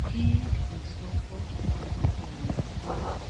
Hii ni soko au duka ya matunda,